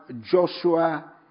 Joshua